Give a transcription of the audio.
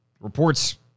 reports